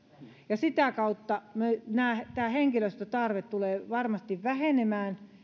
sitä kautta henkilöstötarve tulee varmasti vähenemään